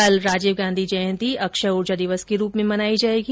कल राजीव गांधी जयंती अक्षय उर्जा दिवस के रूप में मनाई जायेगी